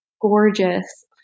gorgeous